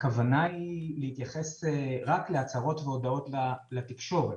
הכוונה היא להתייחס רק להצהרות והודעות לתקשורת.